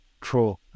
True